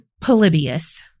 Polybius